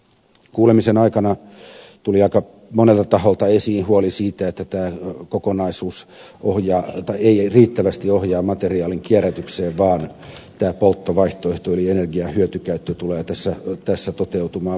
kuulemisen aikana tuli aika monelta taholta esiin huoli siitä että tämä kokonaisuus ei riittävästi ohjaa materiaalin kierrätykseen vaan tämä polttovaihtoehto eli energian hyötykäyttö tulee tässä toteutumaan voimakkaammin